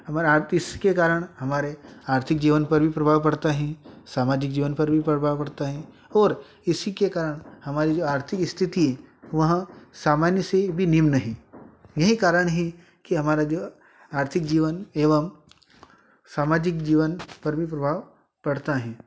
हमारे के कारण हमारे आर्थिक जीवन पर भी प्रभाव पड़ता है सामाजिक जीवन पर भी प्रभाव पड़ता है और इसी के कारण हमारी जो आर्थिक स्थिति वह सामान्य से भी निम्न है यही कारण है कि हमारा जो आर्थिक जीवन एवं सामाजिक जीवन पर भी प्रभाव पड़ता है